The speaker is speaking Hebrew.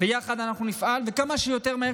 ביחד אנחנו נפעל כמה שיותר מהר,